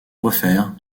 refaire